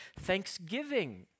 thanksgiving